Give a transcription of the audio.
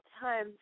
time